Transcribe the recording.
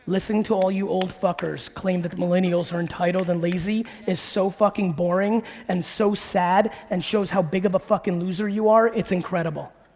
listening to all you old fuckers claim that millennials are entitled and lazy is so fucking boring and so sad and shows how big of a fucking loser you are, it's incredible.